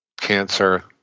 cancer